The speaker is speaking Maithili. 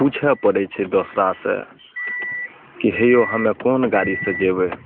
पूछए पड़ै छै दोसरासॅं की हे यौ हमे कोन गाड़ीसे जेबै